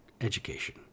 education